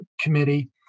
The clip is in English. Committee